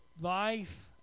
life